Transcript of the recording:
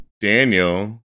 Daniel